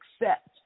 accept